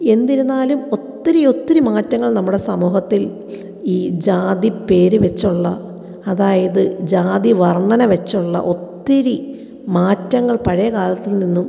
എന്നിരുന്നാലും ഒത്തിരി ഒത്തിരി മാറ്റങ്ങൾ നമ്മുടെ സമൂഹത്തിൽ ഈ ജാതിപ്പേർ വെച്ചുള്ള അതായത് ജാതി വർണ്ണന വെച്ചുള്ള ഒത്തിരി മാറ്റങ്ങൾ പഴയ കാലത്തിൽ നിന്നും